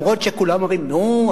גם אם כולם אומרים: נו,